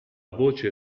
voce